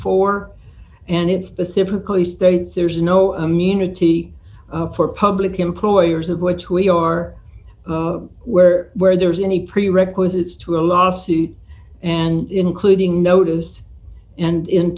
four and it specifically states there's no immunity for public employers of which we are where where there is any prerequisites to a lawsuit and including noticed and in